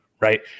right